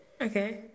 Okay